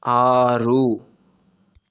ఆరు